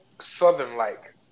Southern-like